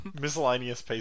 Miscellaneous